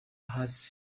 hasi